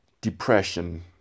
depression